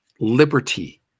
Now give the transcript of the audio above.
liberty